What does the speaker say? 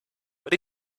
what